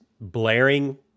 blaring